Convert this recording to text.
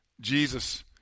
Jesus